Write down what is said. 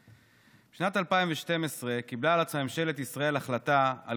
בשנת 2012 קיבלה על עצמה ממשלת ישראל החלטה על